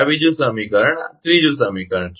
આ બીજું સમીકરણ ત્રીજું સમીકરણ છે